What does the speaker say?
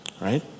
right